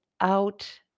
out